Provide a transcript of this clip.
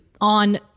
on